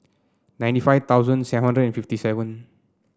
ninety five thosuand seven hundred and seven